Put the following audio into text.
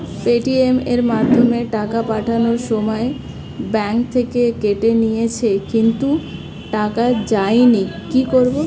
Paytm এর মাধ্যমে টাকা পাঠানোর সময় ব্যাংক থেকে কেটে নিয়েছে কিন্তু টাকা যায়নি কি করব?